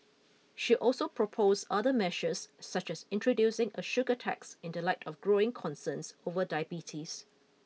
she also proposed other measures such as introducing a sugar tax in the light of growing concerns over diabetes